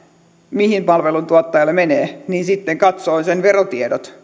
mihin palveluntuottajalle menee ja sitten katsoo sen verotiedot